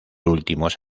últimos